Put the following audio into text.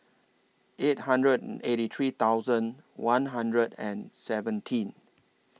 eight hundred eighty three thousand one hundred and seventeen